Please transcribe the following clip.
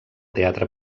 teatre